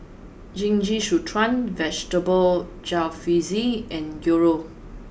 Jingisukan Vegetable Jalfrezi and Gyros